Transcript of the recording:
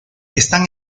están